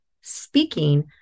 speaking